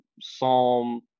Psalm